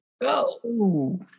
Go